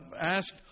asked